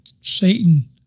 Satan